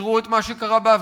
תראו את מה שקרה באפגניסטן,